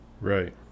right